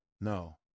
No